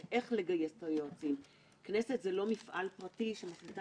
גם נבחרו יועצים מקצועיים באמת מן השורה הראשונה,